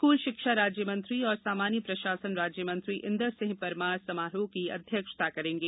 school शिक्षा राज्य मंत्री एवं सामान्य प्रशासन राज्य मंत्री इन्दर सिंह परमार समारोह की अध्यक्षता करेंगे